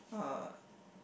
uh